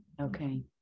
okay